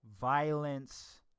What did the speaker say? violence